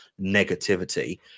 negativity